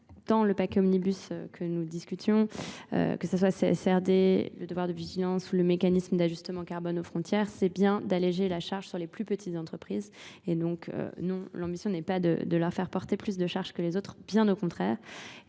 dans le PAC Omnibus que nous discutions, que ce soit la CRD, le devoir de vigilance ou le mécanisme d'ajustement carbone aux frontières, c'est bien d'alléger la charge sur les plus petites entreprises. Et donc non, l'ambition n'est pas de leur faire porter plus de charge que les autres, bien au contraire.